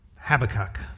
Habakkuk